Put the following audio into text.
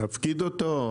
להפקיד אותו?